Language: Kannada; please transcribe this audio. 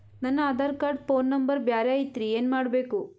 ನನ ಆಧಾರ ಕಾರ್ಡ್ ಫೋನ ನಂಬರ್ ಬ್ಯಾರೆ ಐತ್ರಿ ಏನ ಮಾಡಬೇಕು?